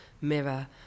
mirror